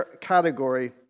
category